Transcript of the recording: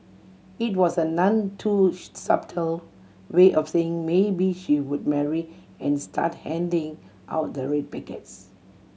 it was a none too subtle way of saying maybe she would marry and start handing out the red packets